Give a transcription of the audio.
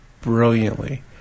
brilliantly